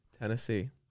Tennessee